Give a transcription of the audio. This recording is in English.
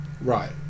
Right